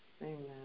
Amen